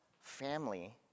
family